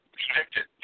convicted